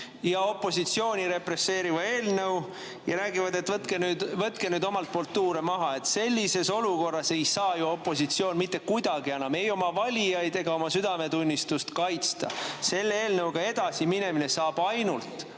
ja opositsiooni represseeriva eelnõu ja räägivad, et me võtaks nüüd tuure maha. Sellises olukorras ei saa opositsioon ju mitte kuidagi enam ei oma valijaid ega oma südametunnistust kaitsta. Selle eelnõuga edasi minemine saab ajada